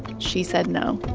she said no.